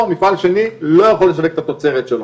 ומפעל שני לא יכול לשווק את התוצרת שלו,